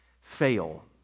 fail